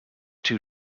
two